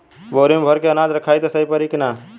बोरी में भर के अनाज रखायी त सही परी की ना?